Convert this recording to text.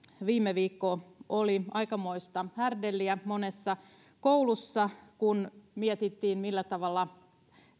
viime viikko oli aikamoista härdelliä monessa koulussa kun mietittiin millä tavalla